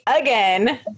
again